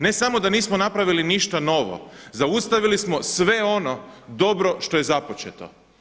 Ne samo da nismo napravili ništa novo, zaustavili smo sve ono dobro što je započeto.